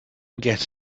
get